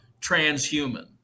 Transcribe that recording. transhuman